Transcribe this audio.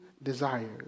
desires